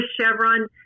Chevron